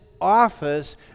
office